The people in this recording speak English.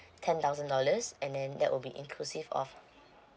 ten thousand dollars and then that will be inclusive of